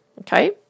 Okay